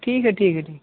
ٹھیک ہے ٹھیک ہے ٹھیک